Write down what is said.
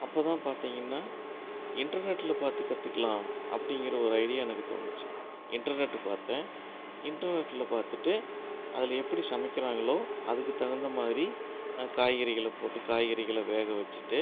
அப்போ தான் பார்த்திங்கன்னா இன்டர்நெட்டில் பார்த்து கற்றுக்குலாம் அப்படிங்கிற ஒரு ஐடியா எனக்கு தோணுச்சு இன்டர்நெட்டு பார்த்தேன் இன்டர்நெட்டில் பார்த்துட்டு அதில் எப்படி சமைக்கிறாங்களோ அதுக்கு தகுந்த மாதிரி நான் காய்கறிகளை போட்டு காய்கறிகளை வேக வச்சிவிட்டு